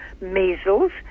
measles